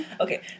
Okay